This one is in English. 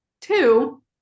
Two